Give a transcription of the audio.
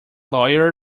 lawyer